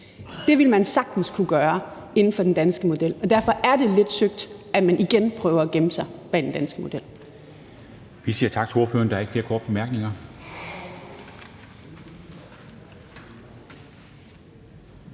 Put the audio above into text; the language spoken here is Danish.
Det ville man sagtens kunne gøre inden for den danske model, og derfor er det lidt søgt, at man igen prøver at gemme sig bag den danske model.